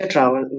Travel